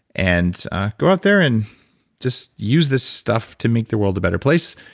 and go out there and just use this stuff to make the world a better place.